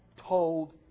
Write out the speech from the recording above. told